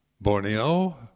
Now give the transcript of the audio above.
Borneo